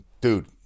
Dude